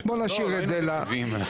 נשאיר את זה לצוות.